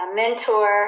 mentor